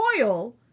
oil